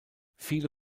viele